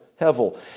hevel